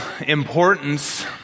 importance